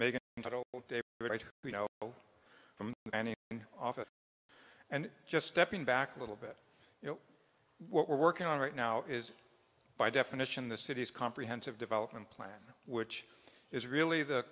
in office and just stepping back a little bit you know what we're working on right now is by definition the city's comprehensive development plan which is really the